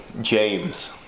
James